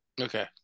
okay